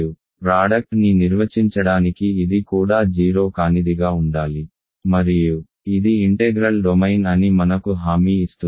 some మరియు product ని నిర్వచించడానికి ఇది కూడా 0 కానిదిగా ఉండాలి మరియు ఇది ఇంటెగ్రల్ డొమైన్ అని మనకు హామీ ఇస్తుంది